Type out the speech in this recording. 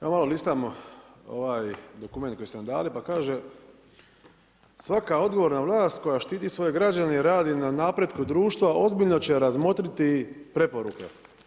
Evo malo listam ovaj dokument koji ste nam dali pa kaže svaka odgovorna vlast koja štiti svoje građane i radi na napretku društva ozbiljno će razmotriti preporuke.